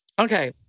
Okay